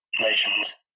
nations